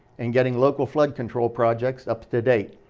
and getting local flood control projects up to date.